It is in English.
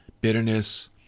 Bitterness